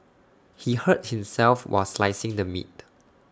he hurt himself while slicing the meat